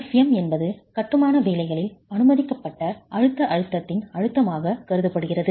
Fm என்பது கட்டுமான வேலைகளில் அனுமதிக்கப்பட்ட அழுத்த அழுத்தத்தின் அழுத்தமாகக் கருதப்படுகிறது